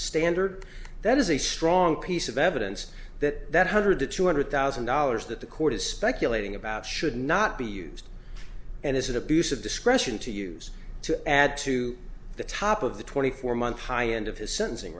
standard that is a strong piece of evidence that that hundred to two hundred thousand dollars that the court is speculating about should not be used and is an abuse of discretion to use to add to the top of the twenty four month high end of his sentencing